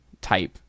type